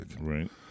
Right